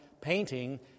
painting